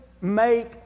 make